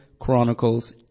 Chronicles